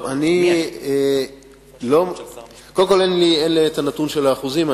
קודם כול, אין לי את הנתון של האחוזים.